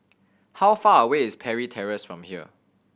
how far away is Parry Terrace from here